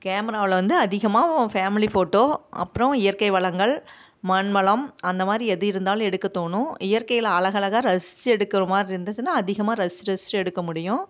கேமராவில் வந்து அதிகமாக உன் ஃபேமிலி ஃபோட்டோ அப்புறம் இயற்கை வளங்கள் மண்வளம் அந்த மாதிரி எது இருந்தாலும் எடுக்க தோணும் இயற்கையில் அழகு அழகாக ரசிச்சு எடுக்கிற மாதிரி இருந்துச்சுன்னா அதிகமாக ரசிச்சு ரசிச்சு எடுக்க முடியும்